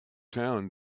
town